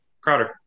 Crowder